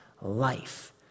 life